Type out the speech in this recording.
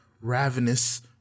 ravenous